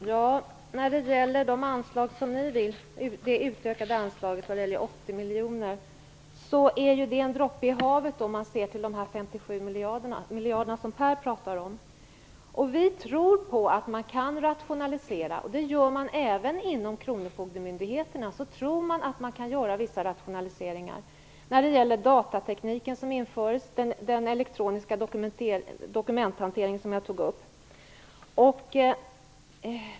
Fru talman! Det utökade anslaget med 80 miljoner, som Birgit Henriksson vill ha, är en droppe i havet om man ser till de 57 miljarder som Per Rosengren pratar om. Vi tror att man kan rationalisera. Även inom kronofogdemyndigheterna tror man att man kan göra vissa rationaliseringar, t.ex. genom den nya datateknik som införs - den elektroniska dokumenthanteringen - som jag tog upp.